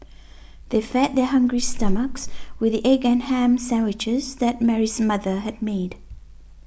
they fed their hungry stomachs with the egg and ham sandwiches that Mary's mother had made